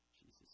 Jesus